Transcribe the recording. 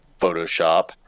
Photoshop